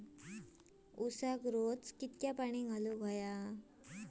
ऊसाक किती पाणी घालूक व्हया रोज?